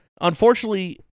unfortunately